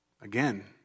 Again